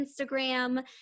Instagram